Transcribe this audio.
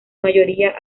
mayoría